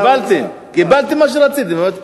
קיבלתם, קיבלתם מה שרציתם.